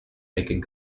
making